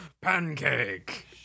Pancake